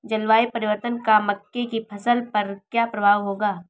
जलवायु परिवर्तन का मक्के की फसल पर क्या प्रभाव होगा?